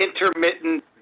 intermittent